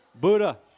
Buddha